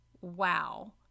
wow